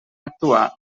actuar